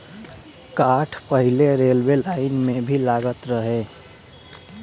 काठ पहिले railway line में भी लागत रहे